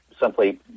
simply